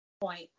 point